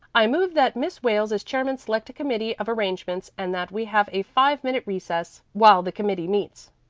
i move that miss wales as chairman select a committee of arrangements, and that we have a five minute recess while the committee meets.